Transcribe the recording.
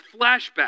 flashback